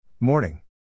Morning